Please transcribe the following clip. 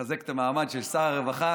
לחזק את המעמד של שר הרווחה,